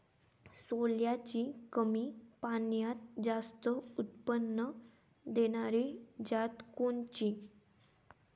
सोल्याची कमी पान्यात जास्त उत्पन्न देनारी जात कोनची?